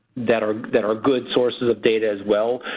that are that are good sources of data as well.